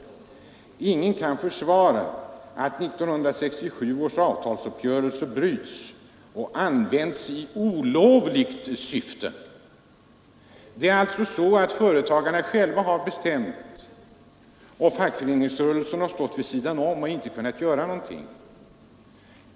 ——— Ingen kan försvara att 1967 års avtalsuppgörelse bryts och används i olovligt syfte.” Företagarna har alltså själva bestämt, och fackföreningsrörelsen har stått vid sidan om och inte kunnat göra någonting.